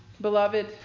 Beloved